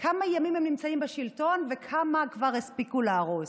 כמה ימים הם נמצאים בשלטון וכמה הם כבר הספיקו להרוס?